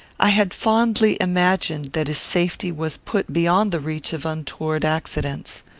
i had fondly imagined that his safety was put beyond the reach of untoward accidents.